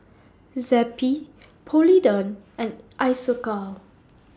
Zappy Polident and Isocal